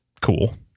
cool